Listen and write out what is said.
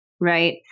right